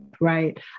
right